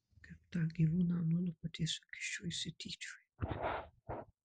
kaip tą gyvūną nulupa tiesiog iš jo išsityčioja